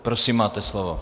Prosím, máte slovo.